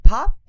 Pop